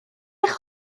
eich